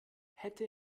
hätte